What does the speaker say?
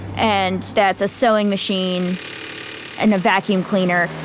and that's a sewing machine and a vacuum cleaner,